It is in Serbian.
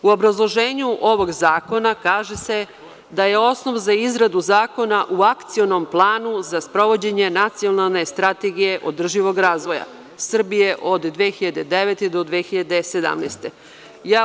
U obrazloženju ovog zakona kaže se da je osnov za izradu zakona u akcionom planu za sprovođenje nacionalne Strategije održivog razvoja Srbije od 2009. do 2017. godine.